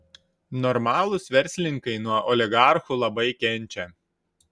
normalūs verslininkai nuo oligarchų labai kenčia